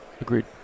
Agreed